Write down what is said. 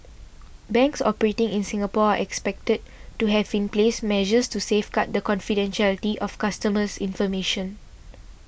banks operating in Singapore are expected to have in place measures to safeguard the confidentiality of customers information